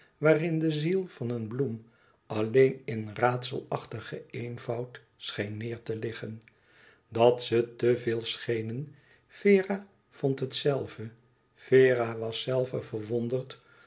waarin de ziel van een bloem alleen in raadselachtigen eenvoud scheen neêr te liggen dat ze te veel schenen vera vond het zelve vera was zelve verwonderd